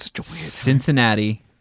Cincinnati